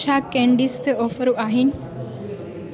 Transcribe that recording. छा केंडिस ते ऑफर आहिनि